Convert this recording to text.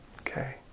Okay